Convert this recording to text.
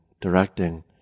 directing